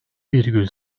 virgül